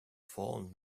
fallen